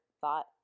thought